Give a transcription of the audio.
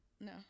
No